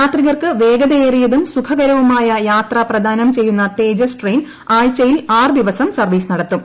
യാത്രികർക്ക് വേഗതയേറിയതും സുഖകരവുമായ യാത്ര പ്രദാനം ചെയ്യുന്ന തേജസ് ട്രെയിൻ ആഴ്ചയിൽ ആറ് ദിവസം സർവ്വീസ് നടത്തും